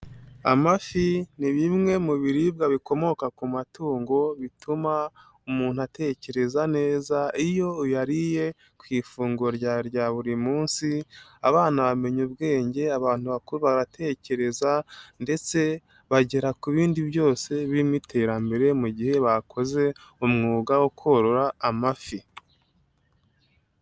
Amafi ni bimwe mu biribwa bikomoka ku matungo bituma umuntu atekereza neza iyo uyariye ku ifunguro rya buri munsi. Abana bamenya ubwenge, abantu bakuru baratekereza ndetse bagera ku bindi byose birimo iterambere mu gihe bakoze umwuga wo korora amafi.